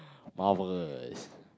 powers